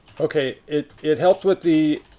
okay, it it helped with the